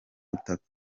butaka